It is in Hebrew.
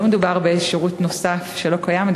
לא מדובר בשירות נוסף אלא בשירות שלא קיים,